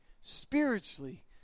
spiritually